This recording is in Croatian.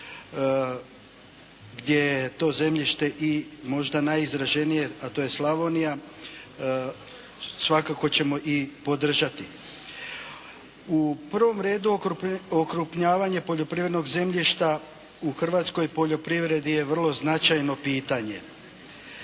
gdje je to zemljište i možda najizraženije, a to je Slavonija, svakako ćemo i podržati. U prvom redu okrupnjavanje poljoprivrednog zemljišta u hrvatskoj poljoprivredi je vrlo značajno pitanje.